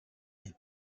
les